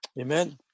Amen